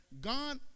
God